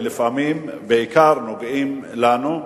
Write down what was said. ולפעמים בעיקר נוגעים לנו,